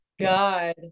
God